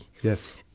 Yes